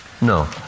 No